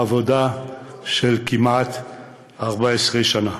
עבודה של כמעט 14 שנה.